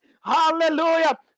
Hallelujah